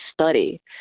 study